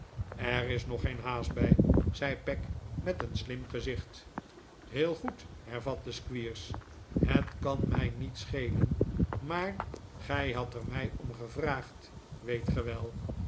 er is nog geen haast bij zei peg met een slim gezicht o r heel goed hervatte squeers het kan mij niet schelen maar gij hadt er mij om gevraagd weet